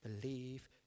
believe